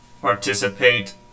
participate